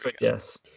Yes